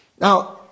Now